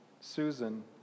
Susan